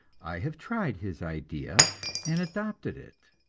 i have tried his idea and adopted it.